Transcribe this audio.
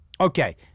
Okay